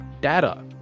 data